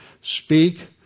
speak